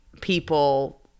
people